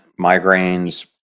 migraines